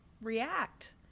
react